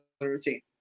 routine